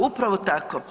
Upravo tako.